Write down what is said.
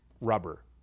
rubber